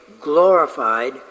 glorified